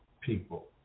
people